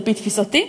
על-פי תפיסתי?